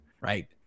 right